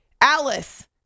Alice